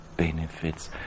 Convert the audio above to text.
benefits